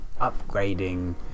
upgrading